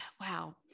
wow